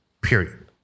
Period